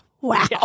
Wow